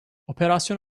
operasyon